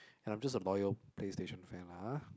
and I'm just a loyal Play Station fan lah ah